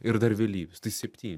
ir dar vėlyvis tai septyni